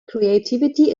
creativity